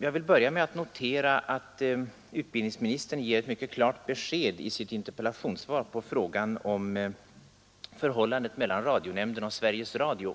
Får jag börja med att notera att utbildningsministern ger ett mycket klart besked i sitt interpellationssvar på frågan om förhållandet mellan radionämnden och Sveriges Radio.